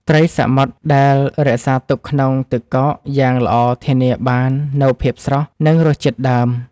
ត្រីសមុទ្រដែលរក្សាទុកក្នុងទឹកកកយ៉ាងល្អធានាបាននូវភាពស្រស់ និងរសជាតិដើម។